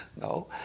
No